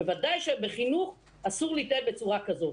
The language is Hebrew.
בוודאי שבחינוך אסור להתנהג בצורה כזאת.